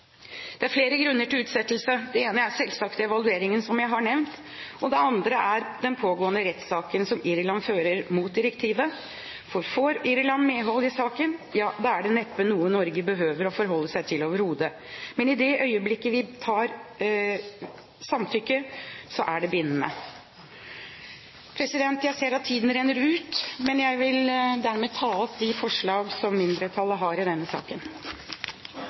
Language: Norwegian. Det er flere grunner til utsettelse. Den ene er selvsagt evalueringen, som jeg har nevnt. Den andre er den pågående rettssaken som Irland fører mot direktivet, for får Irland medhold i saken, ja, da er det neppe noe Norge behøver å forholde seg til overhodet. Men i det øyeblikket vi vedtar samtykke, er det bindende. Jeg ser at tiden renner ut, og jeg vil dermed ta opp de forslag som mindretallet har i denne saken.